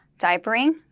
diapering